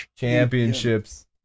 Championships